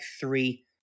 three